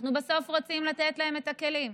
בסוף אנחנו רוצים לתת להם את הכלים.